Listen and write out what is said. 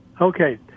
Okay